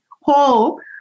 whole